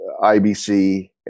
IBC